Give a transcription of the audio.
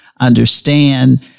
understand